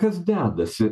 kas dedasi